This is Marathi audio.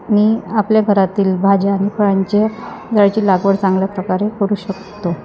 मी आपल्या घरातील भाज्या आणि फळांच्या झाडांची लागवड चांगल्या प्रकारे करू शकतो